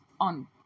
on